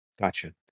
Gotcha